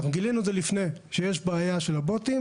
אנחנו גילינו את זה לפני, שיש בעיה של הבוטים.